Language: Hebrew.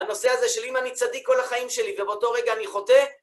הנושא הזה של אם אני צדיק כל החיים שלי ובאותו רגע אני חוטא